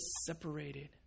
separated